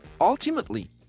ultimately